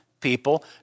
people